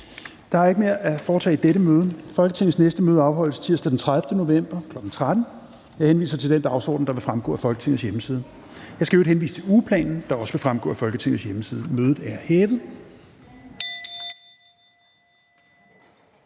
Der er ikke mere at foretage i dette møde. Folketingets næste møde afholdes tirsdag den 30. november 2021, kl. 13.00. Jeg henviser til den dagsorden, der vil fremgå af Folketingets hjemmeside. Jeg skal i øvrigt henvise til ugeplanen, der også vil fremgå af Folketingets hjemmeside. Mødet er hævet.